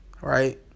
right